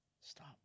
stop